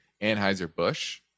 Anheuser-Busch